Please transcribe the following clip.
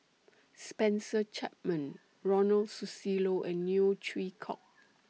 Spencer Chapman Ronald Susilo and Neo Chwee Kok